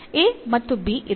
a ಮತ್ತು b ಇದೆ